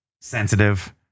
sensitive